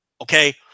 okay